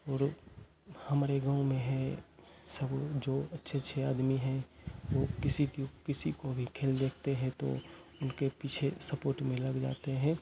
और हमारे गाँव में है सब जो अच्छे अच्छे आदमी हैं वो किसी को किसी को भी खेल देखते हैं तो उनके पीछे सपोर्ट में लग जाते हैं